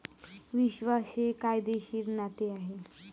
विश्वास हे कायदेशीर नाते आहे